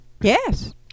Yes